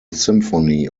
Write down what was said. symphony